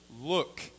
look